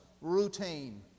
routine